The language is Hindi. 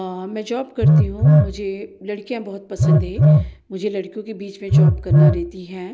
मैं जॉब करती हूँ मुझे लड़कियां बहुत पसंद है मुझे लड़कियों के बीच में जॉब करना रहती है